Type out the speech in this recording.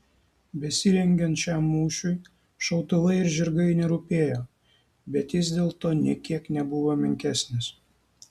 besirengiant šiam mūšiui šautuvai ir žirgai nerūpėjo bet jis dėl to nė kiek nebuvo menkesnis